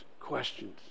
questions